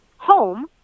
Home